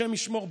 השם ישמור,